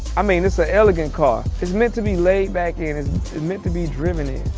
i mean, it's an elegant car. it's meant to be laid back in, it's meant to be driven in.